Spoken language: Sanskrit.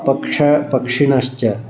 पक्ष पक्षिणश्च